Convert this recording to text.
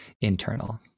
internal